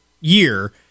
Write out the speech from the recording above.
year